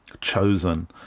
chosen